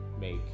make